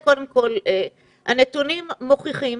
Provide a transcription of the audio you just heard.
הנתונים מוכיחים